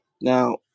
Now